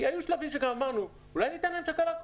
כי היו שלבים שגם אמרנו: אולי ניתן להם צ'קלאקות.